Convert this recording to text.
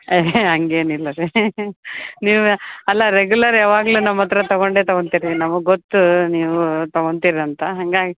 ಏ ಹೇ ಹಂಗೇನು ಇಲ್ಲ ರೀ ನೀವು ಅಲ್ಲ ರೆಗ್ಯುಲರ್ ಯಾವಾಗಲು ನಮ್ಮ ಹತ್ತಿರ ತಗೊಂಡೇ ತಗೊಂತಿರಿ ನಮಿಗೆ ಗೊತ್ತು ನೀವು ತಗೊಂತಿರ್ ಅಂತ ಹಂಗಾಗಿ